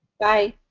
bye!